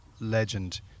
legend